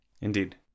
indeed